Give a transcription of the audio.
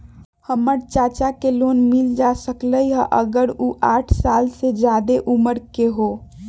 हमर चाचा के लोन मिल जा सकलई ह अगर उ साठ साल से जादे उमर के हों?